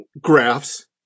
graphs